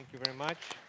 very much.